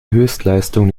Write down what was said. höchstleistung